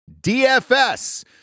DFS